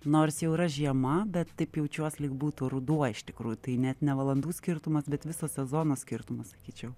nors jau yra žiema bet taip jaučiuos lyg būtų ruduo iš tikrųjų tai net ne valandų skirtumas bet viso sezono skirtumas sakyčiau